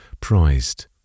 prized